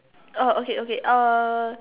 oh okay okay uh